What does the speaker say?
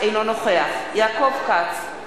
אינו נוכח יעקב כץ,